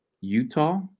Utah